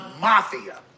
mafia